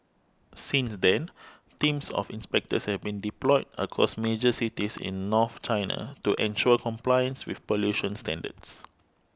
since then teams of inspectors have been deployed across major cities in north China to ensure compliance with pollution standards